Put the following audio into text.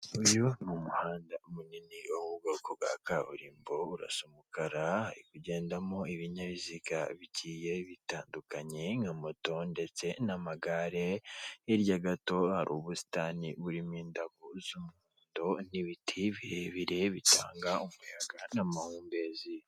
Uyu ni umuhanda munini wo bwoko bwa kaburimbo urasa umukara hari kugendamo ibinyabiziga bigiye bitandukanye nka moto ndetse n'amagare, hirya gato hari ubusitani burimo indabo z'umuhondo n'ibiti birebire bitanga umuyaga n'amahumbezi.